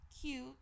cute